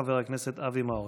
חבר הכנסת אבי מעוז.